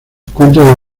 encuentra